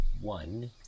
one